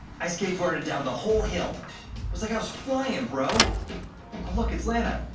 i skateboarded down the whole hill! it was like i was flying, bro. oh look, it's lana!